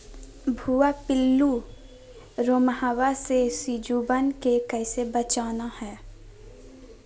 भुवा पिल्लु, रोमहवा से सिजुवन के कैसे बचाना है?